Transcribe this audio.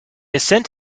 ascent